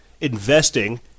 investing